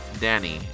Danny